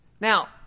Now